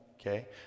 okay